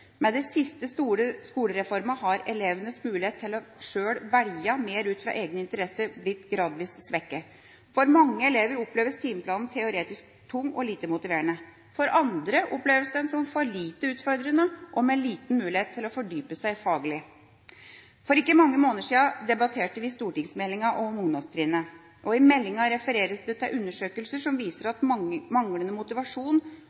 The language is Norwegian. Med de siste store skolereformene har elevenes mulighet til selv å velge mer ut fra egne interesser blitt gradvis svekket. For mange elever oppleves timeplanen teoretisk tung og lite motiverende. For andre oppleves den som for lite utfordrende og med liten mulighet til å fordype seg faglig. For ikke mange måneder siden debatterte vi stortingsmeldinga om ungdomstrinnet. I meldinga refereres det til undersøkelser som viser